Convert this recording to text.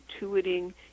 intuiting